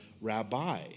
Rabbi